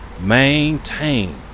Maintain